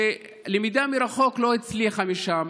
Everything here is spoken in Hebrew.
שהלמידה מרחוק לא הצליחה שם,